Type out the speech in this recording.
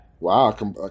Wow